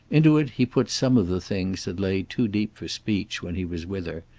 into it he put some of the things that lay too deep for speech when he was with her,